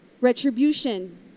retribution